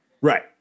Right